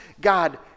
God